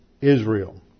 Israel